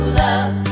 love